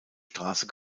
straße